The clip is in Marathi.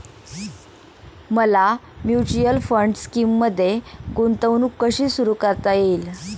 मला म्युच्युअल फंड स्कीममध्ये गुंतवणूक कशी सुरू करता येईल?